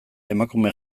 emakume